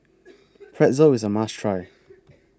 Pretzel IS A must Try